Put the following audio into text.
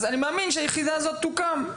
אז אני מאמין שהיחידה הזו תוקם.